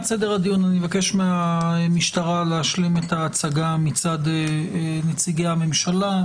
אני אבקש מהמשטרה להשלים את ההצגה מצד נציגי הממשלה,